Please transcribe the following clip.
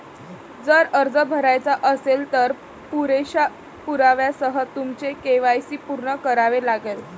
जर अर्ज भरायचा असेल, तर पुरेशा पुराव्यासह तुमचे के.वाय.सी पूर्ण करावे लागेल